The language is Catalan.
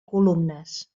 columnes